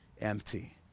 empty